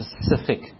specific